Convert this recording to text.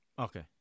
Okay